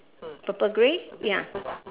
purple grey ya